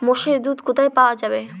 মোষের দুধ কোথায় পাওয়া যাবে?